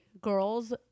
girls